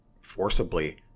forcibly –